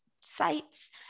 sites